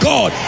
God